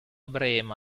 brema